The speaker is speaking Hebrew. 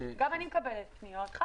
גם אני מקבלת פניות.